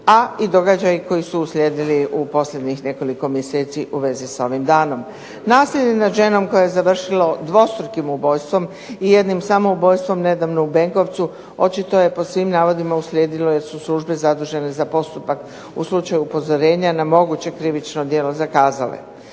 a i događaji koji su uslijedili u posljednjih nekoliko mjeseci u vezi s ovim danom. Nasilje nad ženom koje je završilo dvostrukim ubojstvom i jednim samoubojstvom nedavno u Benkovcu očito je po svim navodima uslijedilo jer su službe zadužene za postupak u slučaju upozorenja na moguće krivično djelo zakazale.